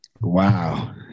Wow